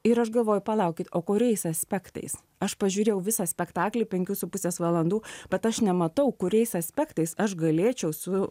ir aš galvoju palaukit o kuriais aspektais aš pažiūrėjau visą spektaklį penkių su pusės valandų bet aš nematau kuriais aspektais aš galėčiau su